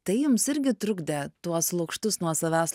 tai jums irgi trukdė tuos lukštus nuo savęs